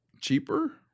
Cheaper